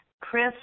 Chris